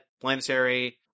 Planetary